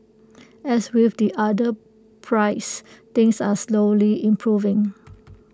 as with the other pries things are slowly improving